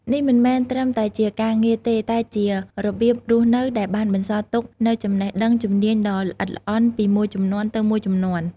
នេះមិនមែនត្រឹមតែជាការងារទេ តែជារបៀបរស់នៅដែលបានបន្សល់ទុកនូវចំណេះដឹងជំនាញដ៏ល្អិតល្អន់ពីមួយជំនាន់ទៅមួយជំនាន់។